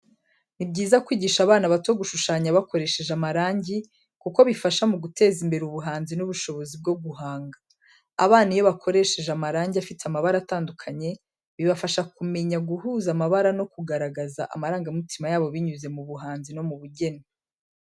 Ni byiza kwigisha abana bato gushushanya bakoresheje amarangi, kuko bifasha mu guteza imbere ubuhanzi n'ubushobozi bwo guhanga. Abana iyo bakoresheje amarangi afite amabara atandukanye, bibafasha kumenya guhuza amabara no kugaragaza amarangamutima yabo binyuze mu buhanzi no mu bugeni.